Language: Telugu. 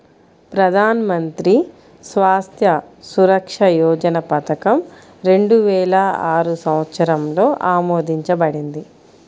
ప్రధాన్ మంత్రి స్వాస్థ్య సురక్ష యోజన పథకం రెండు వేల ఆరు సంవత్సరంలో ఆమోదించబడింది